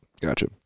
gotcha